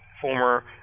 former